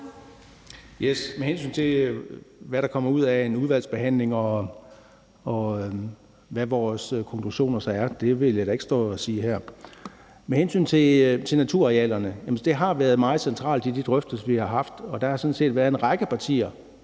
(EL): Med hensyn til hvad der kommer ud af en udvalgsbehandling, og hvad vores konklusioner så er, vil jeg da ikke stå at sige noget her. Med hensyn til naturarealerne vil jeg sige: Det har været meget centralt i de drøftelser, vi har haft, og der har sådan set været en række partier,